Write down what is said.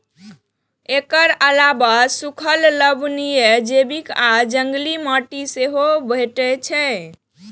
एकर अलावे सूखल, लवणीय, जैविक आ जंगली माटि सेहो भेटै छै